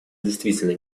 действительно